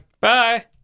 Bye